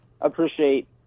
appreciate